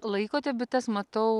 laikote bites matau